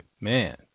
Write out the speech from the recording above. man